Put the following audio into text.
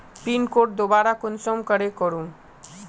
Pin code दोबारा कुंसम करे करूम?